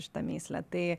šitą mįslę tai